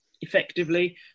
effectively